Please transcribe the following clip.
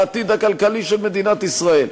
לעתיד הכלכלי של מדינת ישראל,